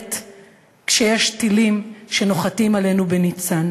להימלט מהן כשטילים נוחתים עלינו בניצן.